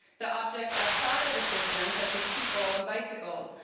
the objects outside of the system, such as people and bicycles,